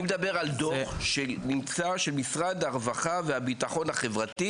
אני מדבר על דוח של משרד הרווחה והביטחון החברתי